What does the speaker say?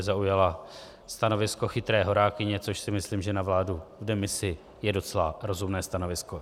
Zaujala stanovisko chytré horákyně, což si myslím, že na vládu v demisi je docela rozumné stanovisko.